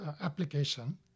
application